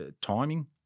timing